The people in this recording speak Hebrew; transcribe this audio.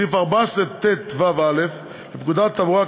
סעיף 14טו(א) לפקודת התעבורה,